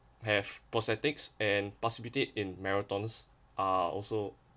have prosthetics and possibilities in marathons are also